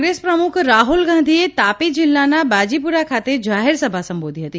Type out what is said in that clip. કોંગ્રેસ પ્રમુખ રાહુલ ગાંધીએ તાપી જિલ્લાના બાજીપુરા ખાતે જાહેરસભા સંબોધી હતી